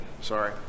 sorry